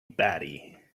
batty